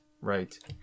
right